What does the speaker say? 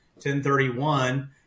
1031